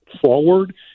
forward